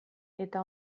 eta